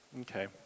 Okay